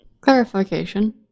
Clarification